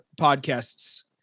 podcasts